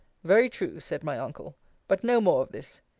very true, said my uncle but no more of this.